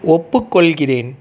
ஒப்புக்கொள்கிறேன்